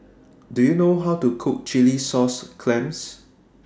Do YOU know How to Cook Chilli Sauce Clams